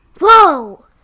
whoa